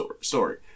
story